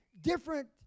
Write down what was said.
different